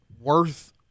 worth